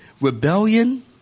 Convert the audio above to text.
Rebellion